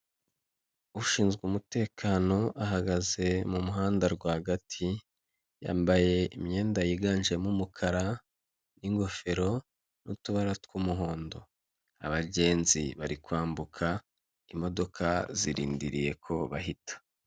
Ushinzwe umutekano ahagaze mu muhanda rwagati yambaye imyenda yiganjemo umukara n'ingofero n'utubara tw'umuhondo. Abagenzi bari kwambuka imodoka zirindiriye ko bahita.